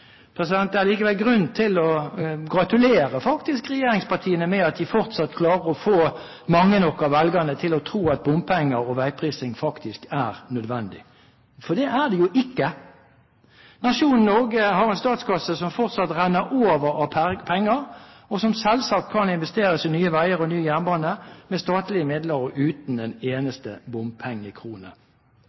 Det er likevel grunn til å gratulere regjeringspartiene med at de fortsatt klarer å få mange nok av velgerne til å tro at bompenger og veiprising faktisk er nødvendig. For det er det jo ikke! Nasjonen Norge har en statskasse som fortsatt renner over av penger, som selvsagt kan investeres i nye veier og ny jernbane – med statlige midler og uten en eneste bompengekrone.